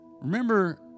Remember